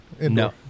no